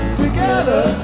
together